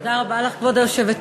תודה רבה לך, כבוד היושבת-ראש.